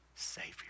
Savior